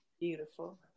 Beautiful